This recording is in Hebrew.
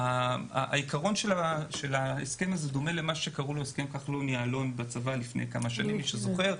העיקרון של ההסכם דומה להסכם כחלון-יעלון בצבא לפני כמה שנים שאומר,